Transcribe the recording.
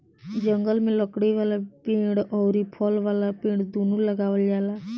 जंगल में लकड़ी वाला पेड़ अउरी फल वाला पेड़ दूनो लगावल जाला